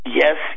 yes